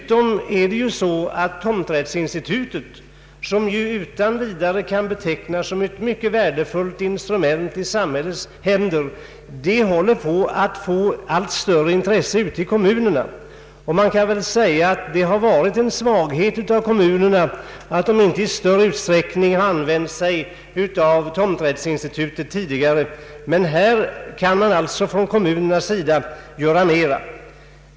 Tomträttsinstitutet, som utan vidare kan betecknas såsom ett mycket värdefullt instrument i samhällets händer, håller på att bli av allt större intresse i kommunerna. Man kan väl säga att det har varit en svaghet hos kommunerna att de inte tidigare i större utsträckning har använt sig av tomträttsinstitutet. Här kan kommunerna göra mera.